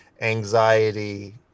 anxiety